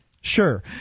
Sure